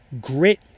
grit